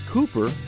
Cooper